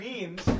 Memes